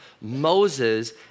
Moses